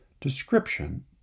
description